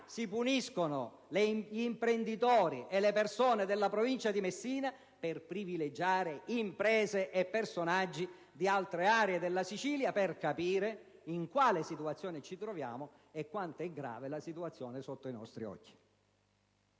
si puniscono gli imprenditori e le persone della provincia di Messina per privilegiare imprese e personaggi di altre aree della Sicilia, in modo da capire in quale situazione ci troviamo e quanto è grave la situazione sotto i nostri occhi.